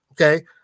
Okay